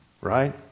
Right